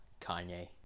Kanye